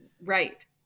Right